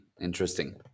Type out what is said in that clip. Interesting